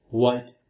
white